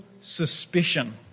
suspicion